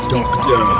Doctor